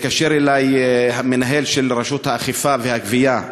התקשר אלי המנהל של רשות האכיפה והגבייה,